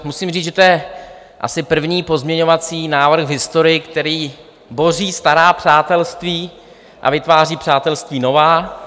Musím říct, že to je asi první pozměňovací návrh v historii, který boří stará přátelství a vytváří přátelství nová.